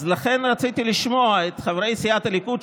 אז לכן רציתי לשמוע את חברי סיעת הליכוד,